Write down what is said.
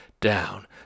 down